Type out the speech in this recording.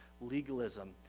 legalism